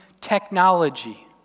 technology